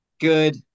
good